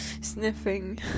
sniffing